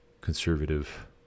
conservative